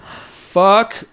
Fuck